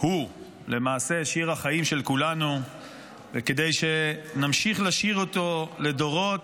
למעשה שיר החיים של כולנו; וכדי שנמשיך לשיר אותו לדורות,